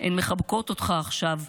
/ הן מחבקות אותך עכשיו,